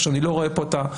יובהר כאן